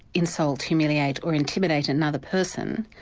insult, humiliate, or intimidate another person,